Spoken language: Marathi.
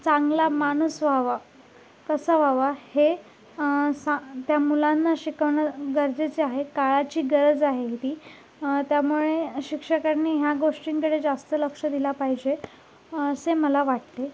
चांगला माणूस व्हावा कसा व्हावा हे सा त्या मुलांना शिकवणं गरजेचे आहे काळाची गरज आहे ही ती त्यामुळे शिक्षकांनी ह्या गोष्टींकडे जास्त लक्ष दिलं पाहिजे असे मला वाटते